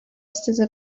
wstydzę